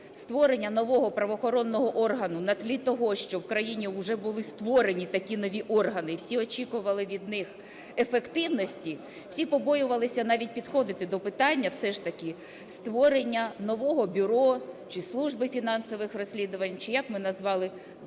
створення нового правоохоронного органу на тлі того, що в країні вже були створені такі нові органи, всі очікували від них ефективності, всі побоювалися навіть підходити до питання все ж таки створення нового бюро чи служби фінансових розслідувань, чи як ми назвали, Бюро